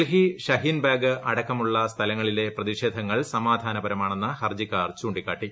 ഡൽഹി ഷഹീൻബാഗ് അടക്കമുള്ള സ്ഥലങ്ങളിലെ പ്രതിഷേധങ്ങൾ സമാധാനപരമാണെന്ന് ഹർജിക്കാർ ചൂണ്ടിക്കാട്ടി